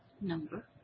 number